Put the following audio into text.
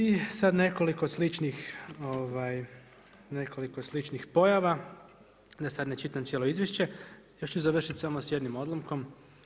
I sad nekoliko sličnih pojava, da sad ne čitam cijelo izvješće, još ću završiti samo s jednim odlomkom.